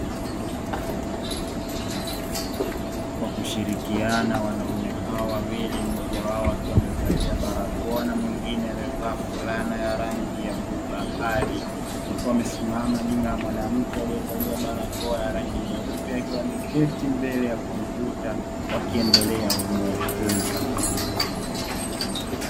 Kwa kushirikiana wanaume hawa wawili mmoja wao akiwa amevalia barakoa na mwingine amevaa fulana ya rangi ya bluu bahari, wakiwa wamesimama nyuma ya mwanamke aliyevalia barakoa ya rangi nyeupe akiwa ameketi mbele ya kompyuta, wakiendelea kumuelekeza.